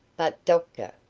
but doctor,